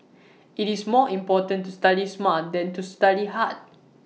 IT is more important to study smart than to study hard